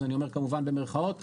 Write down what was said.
אני אומר כמובן במרכאות,